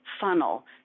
funnel